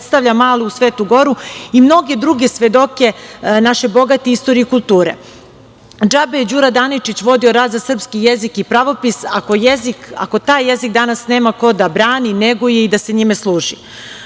predstavlja malu Svetu Goru i mnoge druge svedoke naše bogate istorije i kulture? Džabe je Đura Daničić vodio rat za srpski jezik i pravopis, ako taj jezik danas nema ko da brani, neguje i da se njime služi. Odavno